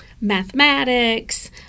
mathematics